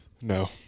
No